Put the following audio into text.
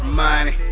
money